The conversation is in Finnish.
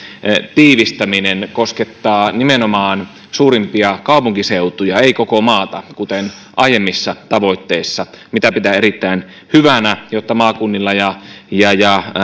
tiivistäminen koskettaa nimenomaan suurimpia kaupunkiseutuja ei koko maata kuten aiemmissa tavoitteissa mitä pidän erittäin hyvänä jotta maakunnilla ja ja